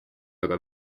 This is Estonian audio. aga